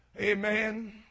amen